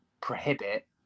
prohibit